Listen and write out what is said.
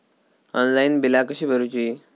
Online बिला कशी भरूची?